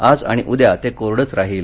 आज आणि उद्या ते कोरडंच राहील